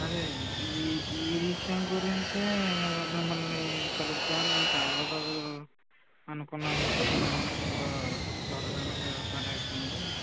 అదే ఈ ఈ విషయం గురించే మిమ్మల్ని మిమ్మల్ని కలుద్దాం అని చాలా సార్లు అనుకున్నానండి దేవుడి దయ వల్ల త్వరగానే పనైతుంది